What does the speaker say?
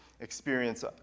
experience